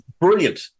Brilliant